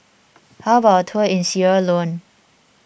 how about a tour in Sierra Leone